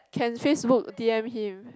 can Facebook d_m him